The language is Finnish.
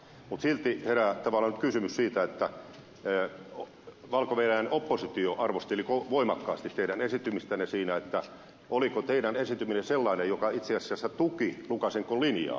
mutta silti herää tavallaan nyt kysymys valko venäjän oppositio arvosteli voimakkaasti teidän esiintymistänne siinä oliko teidän esiintymisenne sellainen joka itse asiassa tuki lukashenkan linjaa